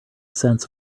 sense